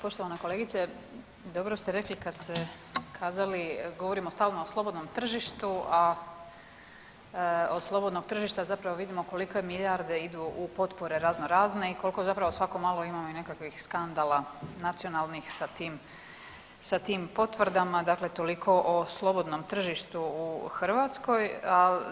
Evo poštovana kolegice dobro ste rekli kad ste kazali, govorimo stalno o slobodnom tržištu, a od slobodnog tržišta zapravo vidimo kolike milijarde idu u potpore razno razne i koliko zapravo svako malo imamo i nekakvih skandala nacionalnih sa tim, sa tim potvrdama, dakle toliko o slobodnom tržištu u Hrvatskoj.